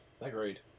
Agreed